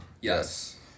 Yes